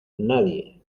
nadie